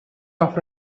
off